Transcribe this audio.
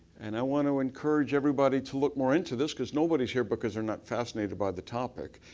and i want to encourage everybody to look more into this, because nobody's here because they're not fascinated by the topic.